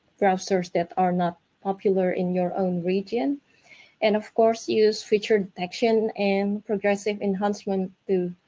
browsers that are not popular in your own region and, of course, use feature detection and progressive enhancement to